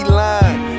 line